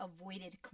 avoided